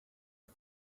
him